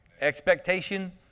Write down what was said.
Expectation